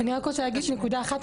אני רק רוצה להגיד נקודה אחת.